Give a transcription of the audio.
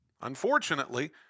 Unfortunately